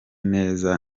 neza